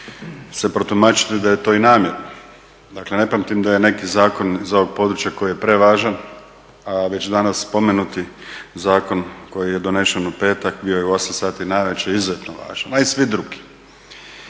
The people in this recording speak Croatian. se protumačiti da je to i namjerno. Dakle, ne pamtim da je neki zakon iz ovog područja koji je prevažan, a već danas spomenuti zakon koji je donesen u petak, bio je u 8 sati navečer izuzetno važan, a i svi drugi.